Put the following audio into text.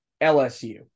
LSU